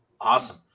Awesome